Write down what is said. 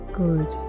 good